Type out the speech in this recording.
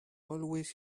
always